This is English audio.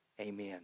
Amen